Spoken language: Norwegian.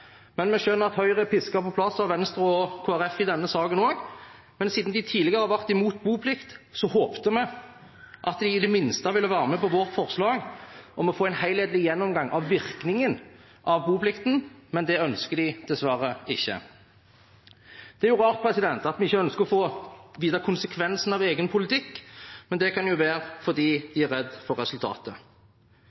men vi skjønner at Høyre er pisket på plass av Venstre og Kristelig Folkeparti i denne saken også. Siden Høyre tidligere har vært imot boplikt, håpet vi at de i det minste ville være med på vårt forslag om å få en helhetlig gjennomgang av virkningen av boplikten, men det ønsker de dessverre ikke. Det er rart at man ikke ønsker å få vite konsekvensene av egen politikk, men det kan jo være fordi man er redd for resultatet.